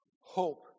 hope